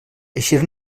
eixir